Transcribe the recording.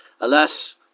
Alas